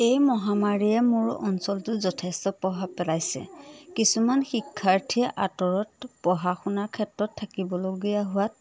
এই মহামাৰীয়ে মোৰ অঞ্চলটোত যথেষ্ট পঢ়াৱ পেলাইছে কিছুমান শিক্ষাৰ্থী আঁতৰত পঢ়া শুনাৰ ক্ষেত্ৰত থাকিবলগীয়া হোৱাত